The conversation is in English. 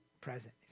present